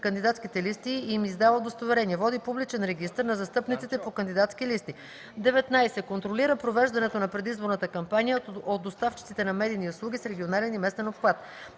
кандидатските листи и им издава удостоверения; води публичен регистър на застъпниците по кандидатски листи; 19. контролира провеждането на предизборната кампания от доставчиците на медийни услуги с регионален и местен обхват;